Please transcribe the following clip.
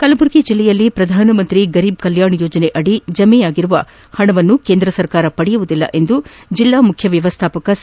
ಕಲಬುರಗಿ ಜಿಲ್ಲೆಯಲ್ಲಿ ಪ್ರಧಾನಮಂತ್ರಿ ಗರಿಬ್ ಕಲ್ಕಾಣ್ ಯೋಜನೆಯಡಿ ಜಮಾ ಮಾಡಿರುವ ಪಣವನ್ನು ಕೇಂದ್ರ ಸರ್ಕಾರ ಪಡೆಯುವುದಿಲ್ಲ ಎಂದು ಜಿಲ್ಲಾ ಮುಖ್ಯ ವ್ಯವಸ್ಥಾಪಕ ಸಿ